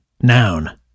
Noun